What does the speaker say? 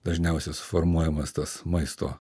dažniausias formuojamas tas maisto